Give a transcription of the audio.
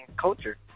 culture